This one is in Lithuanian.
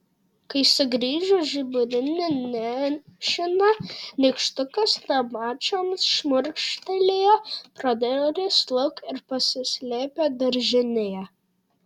kai sugrįžo žiburiu nešina nykštukas nemačiom šmurkštelėjo pro duris lauk ir pasislėpė daržinėje